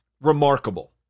remarkable